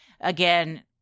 again –